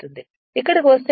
ఇక్కడకు వస్తే ఇది నా S 0